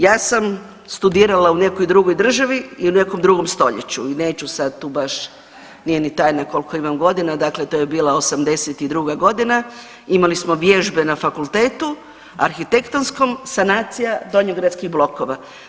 Ja sam studirala u nekoj drugoj državi i u nekom drugom stoljeću, neću sad tu baš, nije ni tajna koliko imam godina, dakle to je bila '82.g., imali smo vježbe na fakultetu arhitektonskom, sanacija donjogradskih blokova.